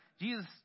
Jesus